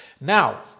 Now